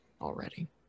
already